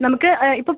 നമുക്ക് ഇപ്പോൾ